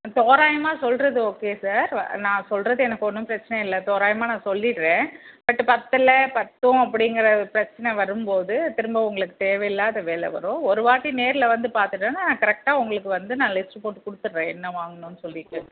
தோராயமாக சொல்லுறது okay sir நான் சொல்லுறது எனக்கு ஒன்றும் பிரச்சனை இல்லை தோராயமாக நான் சொல்லிடுறேன் பட்டு பத்தல பத்தும் அப்படிங்கிற பிரச்சனை வரும்போது திரும்ப உங்களுக்கு தேவை இல்லாத வேலை வரும் ஒரு வாட்டி நேரில் வந்து பார்த்துட்டனா நான் கரெட்டாக உங்களுக்கு வந்து நான் லிஸ்ட்டு போட்டு கொடுத்தட்றேன் என்ன வாங்கன்னு சொல்லிவிட்டு